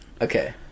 Okay